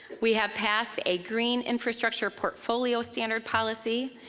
we have passed a green infrastructure portfolio standard policy,